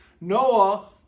Noah